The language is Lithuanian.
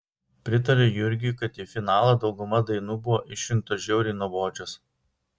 pritariu jurgiui kad į finalą dauguma dainų buvo išrinktos žiauriai nuobodžios